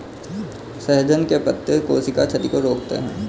सहजन के पत्ते कोशिका क्षति को रोकते हैं